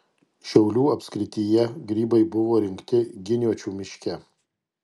šiaulių apskrityje grybai buvo rinkti giniočių miške